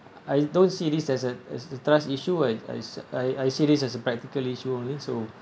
I don't see this as an as a trust issue I I I I see this as a practical issue only so